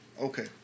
Okay